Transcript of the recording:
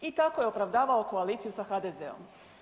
i tako je opravdavao koaliciju sa HDZ-om.